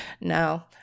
no